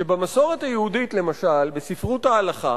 שבמסורת היהודית, למשל, בספרות ההלכה,